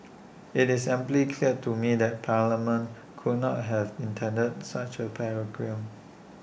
IT is amply clear to me that parliament could not have intended such A paradigm